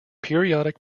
periodic